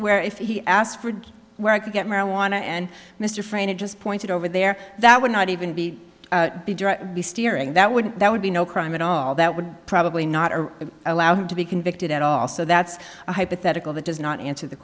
where if he asked where i could get marijuana and mr frayne it just pointed over there that would not even be the steering that would that would be no crime at all that would probably not are allowed to be convicted at all so that's a hypothetical that does not answer the